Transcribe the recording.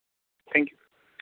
thank you